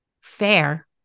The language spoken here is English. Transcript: Fair